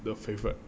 the favourite